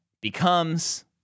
becomes